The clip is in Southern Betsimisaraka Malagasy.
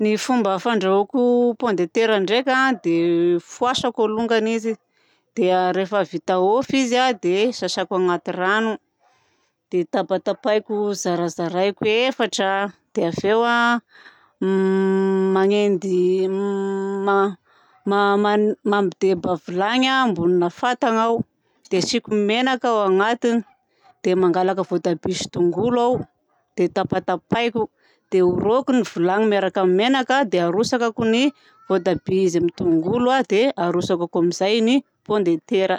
Ny fomba fandrahoako pomme de terre ndraika dia fôhasako alôngany izy. Dia rehefa vita hôfy dia sasàko anaty rano dia tapatahiko zarazaraiko efatra a. Dia avy eo a manendy manadeba vilany ambonina fatana aho dia asiako menaka ao anatiny. Dia mangalaka voatabia sy tongolo aho dia tapatapahiko. Dia orohako ny vilany miaraka amin'ny menaka. Dia harotsakako ny voatabia izy amin'ny tongolo. Dia harotsakako akao amin'izay ny pomme de terre.